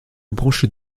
branche